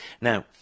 Now